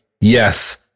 yes